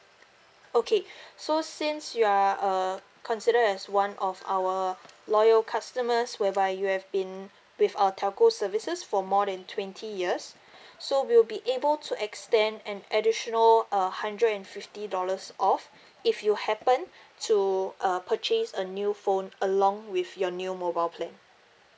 okay so since you are a considered as one of our loyal customers whereby you have been with our telco services for more than twenty years so we'll be able to extend an additional uh hundred and fifty dollars off if you happen to uh purchase a new phone along with your new mobile plan